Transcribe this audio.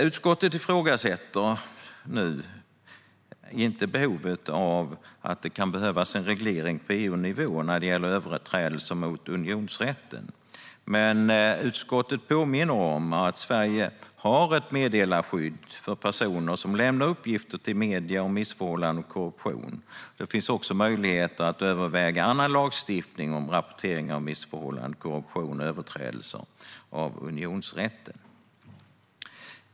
Utskottet ifrågasätter nu inte att det kan behövas en reglering på EU-nivå när det gäller överträdelser av unionsrätten, men utskottet påminner om att Sverige har ett meddelarskydd för personer som lämnar uppgifter till medier om missförhållanden och korruption. Det finns också möjligheter att överväga annan lagstiftning om rapportering av missförhållanden, korruption och överträdelser av unionsrätten.